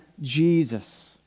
Jesus